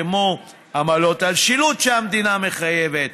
כמו עמלות על שילוט שהמדינה מחייבת,